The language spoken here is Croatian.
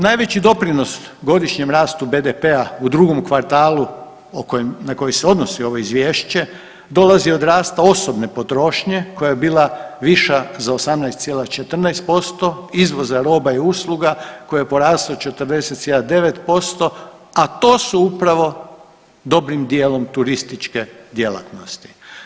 Najveći doprinos godišnjem rastu BDP-a u drugom kvartalu na koji se odnosi ovo izvješće dolazi od rasta osobne potrošnje koja je bila viša za 18,14%, izvoza roba i usluga koji je porastao 40.9%, a to su upravo dobrim dijelom turističke djelatnosti.